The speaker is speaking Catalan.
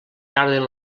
carden